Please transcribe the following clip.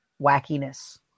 wackiness